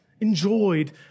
enjoyed